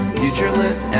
futureless